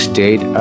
State